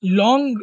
long